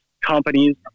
companies